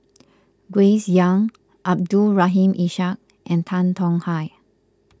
Grace Young Abdul Rahim Ishak and Tan Tong Hye